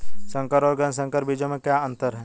संकर और गैर संकर बीजों में क्या अंतर है?